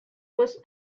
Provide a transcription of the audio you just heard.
was